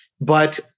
But-